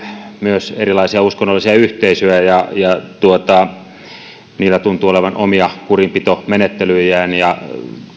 myös erilaisia uskonnollisia yhteisöjä ja niillä tuntuu olevan omia kurinpitomenettelyjään